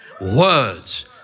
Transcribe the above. words